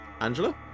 Angela